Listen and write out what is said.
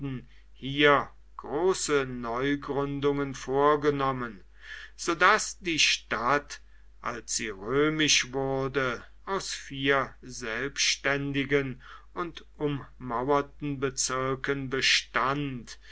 hier große neugründungen vorgenommen so daß die stadt als sie römisch wurde aus vier selbständigen und ummauerten bezirken bestand